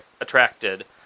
attracted